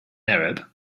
arab